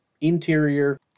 interior